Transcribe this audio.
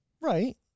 Right